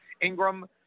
Ingram